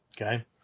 okay